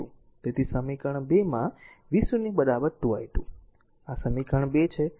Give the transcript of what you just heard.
તેથી સમીકરણ 2 માં v0 2 i2 આ r સમીકરણ 2 છે